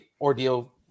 ordeal